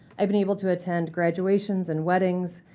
i've been able to attend graduations and weddings.